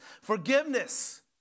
Forgiveness